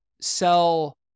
sell